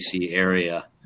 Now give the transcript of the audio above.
area